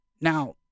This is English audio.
Now